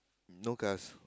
no cars